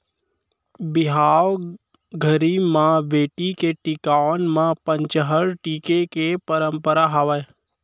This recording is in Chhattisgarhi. बिहाव घरी म बेटी के टिकावन म पंचहड़ टीके के परंपरा हावय